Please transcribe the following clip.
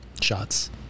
shots